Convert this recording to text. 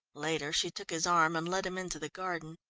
later she took his arm and led him into the garden.